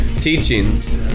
teachings